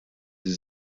sie